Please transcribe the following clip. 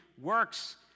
works